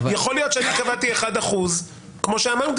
יכול להיות שאני קבעתי אחוז אחד כמו שאמרתי,